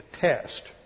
test